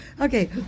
Okay